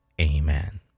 Amen